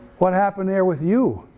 what happened there with you?